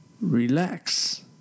relax